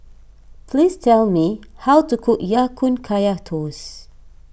please tell me how to cook Ya Kun Kaya Toast